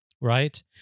right